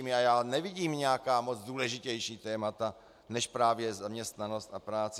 A já nevidím nějaká moc důležitější témata než právě zaměstnanost a práce.